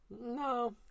No